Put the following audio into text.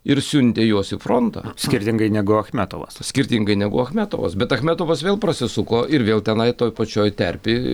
ir siuntė juos į frontą skirtingai negu achmetovas skirtingai negu achmetovas bet achmetovas vėl prasisuko ir vėl tenai toj pačioj terpėj